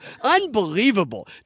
Unbelievable